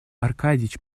аркадьич